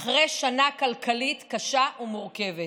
אחרי שנה כלכלית קשה ומורכבת.